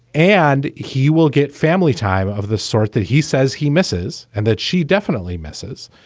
and he will get family time of the sort that he says he misses and that she. definitely messes.